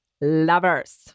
lovers